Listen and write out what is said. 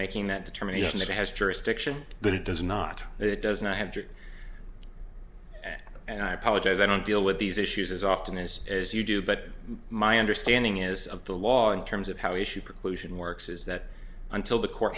making that determination that it has jurisdiction but it does not it does not have to and i apologize i don't deal with these issues as often as as you do but my understanding is of the law in terms of how issue preclusion works is that until the court